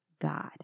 God